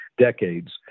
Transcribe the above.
decades